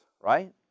right